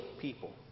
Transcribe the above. people